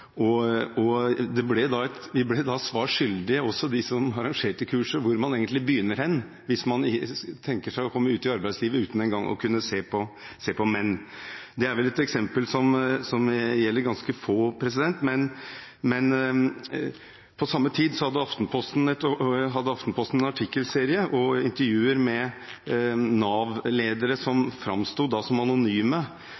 og vi, også de som arrangerte kurset, ble da svar skyldig. Hvor skal man egentlig begynne, hvis man tenker seg å komme ut i arbeidslivet uten en gang å kunne se på menn? Det er vel et eksempel som gjelder ganske få, men på samme tid hadde Aftenposten en artikkelserie og intervjuer med Nav-ledere, som